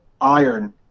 iron